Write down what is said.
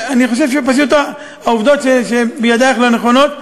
ואני חושב שפשוט העובדות שבידייך לא נכונות.